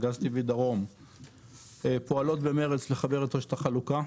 וגז טבעי דרום פועלות במרץ לחבר את רשת החלוקה.